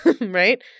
right